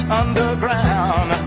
underground